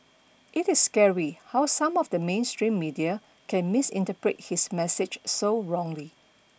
it is scary how some of the mainstream media can misinterpret his message so wrongly